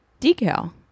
decal